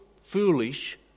foolish